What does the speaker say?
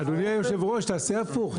אדוני יושב הראש, תעשה הפוך.